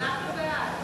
אנחנו בעד.